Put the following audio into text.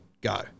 go